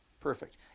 Perfect